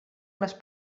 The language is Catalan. les